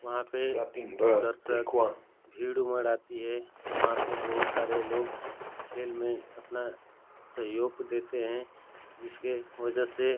वहाँ पर दर्शक भीड़ उमड़ आती है वहाँ पर बहुत सारे लोग खेल में अपना सहयोग देते हैं जिसकी वज़ह से